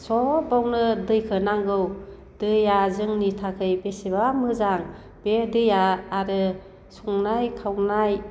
सबावनो दैखो नांगौ दैया जोंनि थाखाय बेसेबा मोजां बे दैया आरो संनाय खावनायावबो